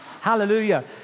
Hallelujah